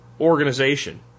organization